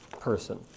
person